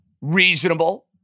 reasonable